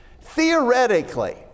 theoretically